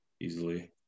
Easily